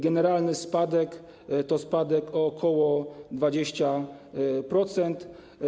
Generalny spadek to spadek o ok. 20%.